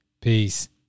Peace